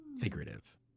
figurative